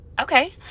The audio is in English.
okay